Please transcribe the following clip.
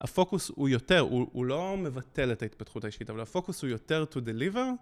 הפוקוס הוא יותר! הוא לא מבטל את ההתפתחות האישית, אבל הפוקוס הוא יותר to deliver